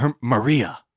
Maria